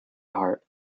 heart